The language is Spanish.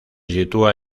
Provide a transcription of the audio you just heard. sitúa